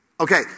Okay